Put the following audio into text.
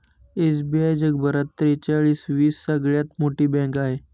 SBI जगभरात त्रेचाळीस वी सगळ्यात मोठी बँक आहे